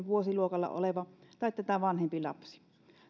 vuosiluokalla oleva tai tätä vanhempi lapsi